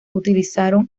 utilizaron